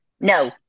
No